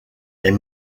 est